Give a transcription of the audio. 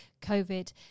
COVID